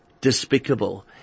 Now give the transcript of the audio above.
despicable